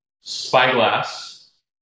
Spyglass